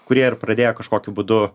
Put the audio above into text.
kurie ir pradėjo kažkokiu būdu